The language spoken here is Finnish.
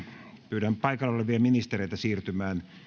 pyydän paikalla olevia ministereitä siirtymään